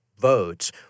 votes